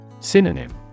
Synonym